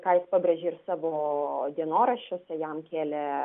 ką jis pabrėžė ir savo dienoraščiuose jam kėlė